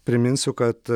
priminsiu kad